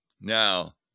Now